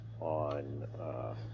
on